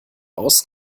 aus